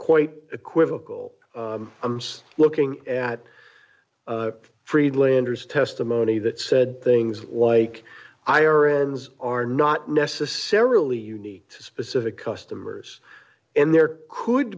quite equivocal ringback looking at fried landers testimony that said things like iran's are not necessarily unique to specific customers and there could